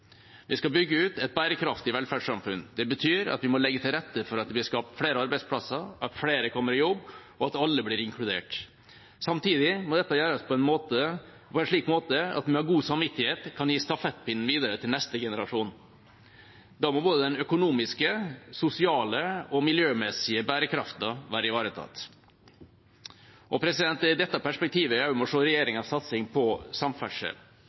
Vi skal bygge ut et bærekraftig velferdssamfunn. Det betyr at vi må legge til rette for at det blir skapt flere arbeidsplasser, at flere kommer i jobb, og at alle blir inkludert. Samtidig må dette gjøres på en slik måte at vi med god samvittighet kan gi stafettpinnen videre til neste generasjon. Da må både den økonomiske, den sosiale og den miljømessige bærekraften være ivaretatt. Det er i dette perspektivet vi må se regjeringas satsing på samferdsel.